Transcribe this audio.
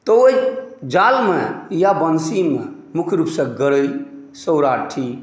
तऽ ओहि जालमे या वँशीमे मुख्य रूपसँ गरइ सौराठी